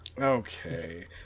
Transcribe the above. Okay